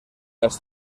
las